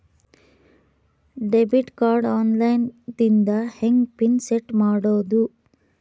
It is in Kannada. ಡೆಬಿಟ್ ಕಾರ್ಡ್ ಆನ್ ಲೈನ್ ದಿಂದ ಹೆಂಗ್ ಪಿನ್ ಸೆಟ್ ಮಾಡೋದು?